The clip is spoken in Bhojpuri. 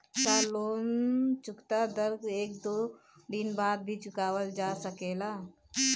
का लोन चुकता कर के एक दो दिन बाद भी चुकावल जा सकेला?